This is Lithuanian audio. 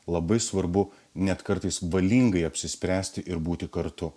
labai svarbu net kartais valingai apsispręsti ir būti kartu